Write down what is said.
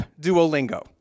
Duolingo